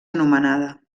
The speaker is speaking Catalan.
anomenada